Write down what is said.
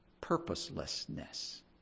purposelessness